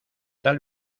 tal